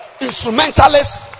instrumentalists